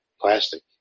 plastic